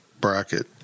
bracket